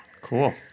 cool